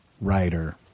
writer